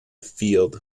field